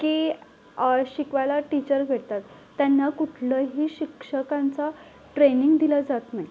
की शिकवायला टीचर भेटतात त्यांना कुठलंही शिक्षकांचं ट्रेनिंग दिलं जात नाही